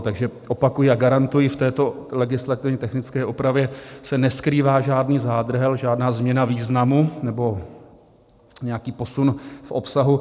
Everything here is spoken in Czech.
Takže opakuji a garantuji, v této legislativně technické opravě se neskrývá žádný zádrhel, žádná změna významu nebo nějaký posun v obsahu.